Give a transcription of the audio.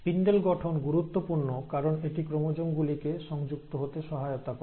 spindle গঠন গুরুত্বপূর্ণ কারণ এটি ক্রোমোজোম গুলিকে সংযুক্ত হতে সহায়তা করে